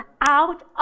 out